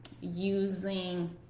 using